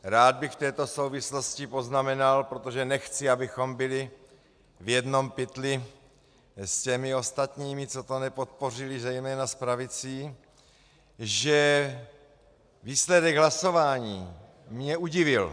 Rád bych v této souvislosti poznamenal, protože nechci, abychom byli v jednom pytli s těmi ostatními, co to nepodpořili, zejména s pravicí, že výsledek hlasování mě udivil.